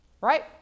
right